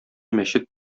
мәчет